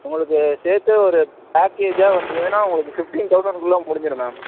உங்களுக்கு சேர்த்து ஒரு பேக்கேஜாக வந்ததுனா உங்களுக்கு ஃபிஃப்டின் தவுசன்க்குள்ள முடிஞ்சிடும் மேம்